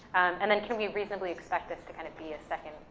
and then can we reasonably expect this to kinda be a second,